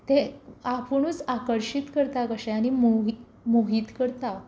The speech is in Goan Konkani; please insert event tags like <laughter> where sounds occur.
तें आपुणूच आकर्शीत करता कशें आनी <unintelligible> मोहीत करता